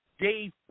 dave